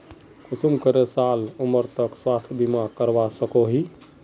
कुंसम करे साल उमर तक स्वास्थ्य बीमा करवा सकोहो ही?